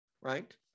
right